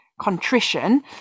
contrition